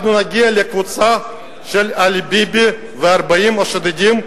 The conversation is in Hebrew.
אנחנו נגיע לקבוצה של עלי ביבי ו-40 השודדים,